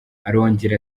arongera